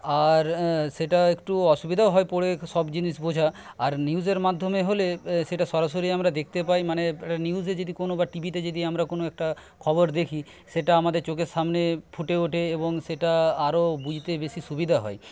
আর সেটা একটু অসুবিধাও হয় পড়ে সব জিনিস বোঝা আর নিউজের মাধ্যমে হলে সেটা সরাসরি আমরা দেখতে পাই মানে নিউজে যদি কোনো বা টিভিতে যদি আমরা কোনো একটা খবর দেখি সেটা আমাদের চোখের সামনে ফুটে ওঠে এবং সেটা আরো বুঝতে বেশি সুবিধা হয়